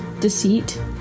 deceit